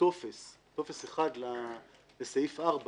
טופס אחד לסעיף 4 בחוק,